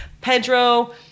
Pedro